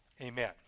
amen